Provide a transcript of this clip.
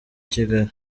kigali